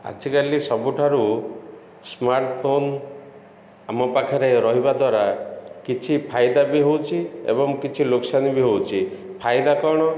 ଆଜିକାଲି ସବୁଠାରୁ ସ୍ମାର୍ଟଫୋନ୍ ଆମ ପାଖରେ ରହିବା ଦ୍ୱାରା କିଛି ଫାଇଦା ବି ହେଉଛି ଏବଂ କିଛି ନୋକସାନି ବି ହେଉଛି ଫାଇଦା କ'ଣ